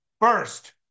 first